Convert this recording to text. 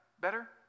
better